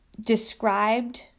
described